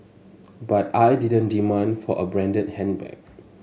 but I didn't demand for a branded handbag